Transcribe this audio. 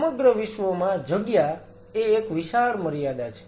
સમગ્ર વિશ્વમાં જગ્યા એ એક વિશાળ મર્યાદા છે